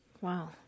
Wow